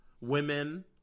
Women